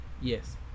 yes